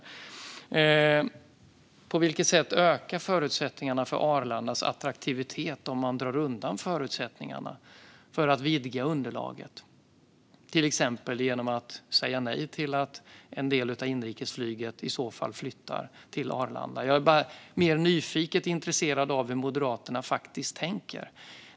Om det nu är så som de skriver, på vilket sätt ökar då förutsättningarna för Arlandas attraktivitet om man drar undan förutsättningarna för att vidga underlaget - till exempel genom att säga nej till att en del av inrikesflyget i så fall flyttar till Arlanda? Jag är bara nyfiket intresserad av hur Moderaterna faktiskt tänker.